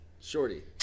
Shorty